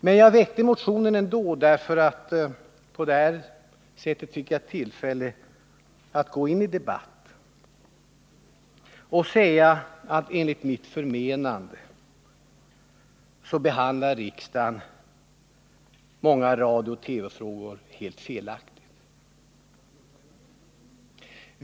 Men jag väckte motionen ändå, därför att på det sättet fick jag tillfälle att gå in i debatt och säga att enligt mitt förmenande behandlar riksdagen många radiooch TV-frågor helt felaktigt.